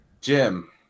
Jim